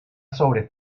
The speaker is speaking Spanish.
sobre